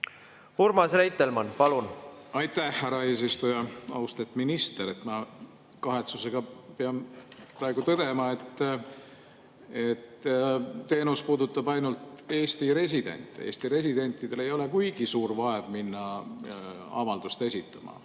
Urmas Reitelmann, palun! Aitäh, härra eesistuja! Austet minister! Kahetsusega pean praegu tõdema, et teenus puudutab ainult Eesti residente. Eesti residentidel ei ole kuigi suur vaev minna avaldust esitama.